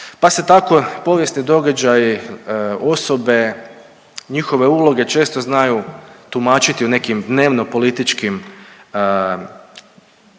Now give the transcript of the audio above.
pa se tako povijesni događaji, osobe, njihove uloge često znaju tumačiti u nekim dnevnopolitičkim